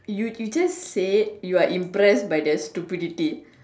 you you just said you are impressed by their stupidity